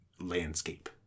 landscape